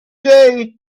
day